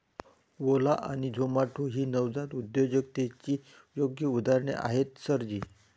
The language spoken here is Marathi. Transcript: ओला आणि झोमाटो ही नवजात उद्योजकतेची योग्य उदाहरणे आहेत सर जी